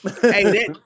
Hey